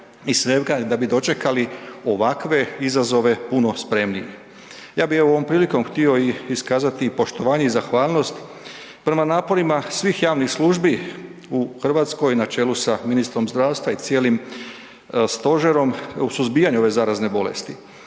i svega da bi dočekali ovakve izazove puno spremniji. Ja bi evo ovom prilikom htio i iskazati i poštovanje i zahvalnost prema naporima svih javnih službi u RH na čelu sa ministrom zdravstva i cijelim stožerom u suzbijanju ove zarazne bolesti.